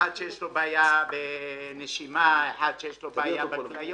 אחד שיש לו בעיה בנשימה, אחד שיש לו בעיה בכליות,